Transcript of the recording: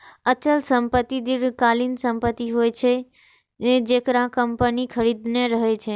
अचल संपत्ति दीर्घकालीन संपत्ति होइ छै, जेकरा कंपनी खरीदने रहै छै